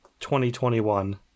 2021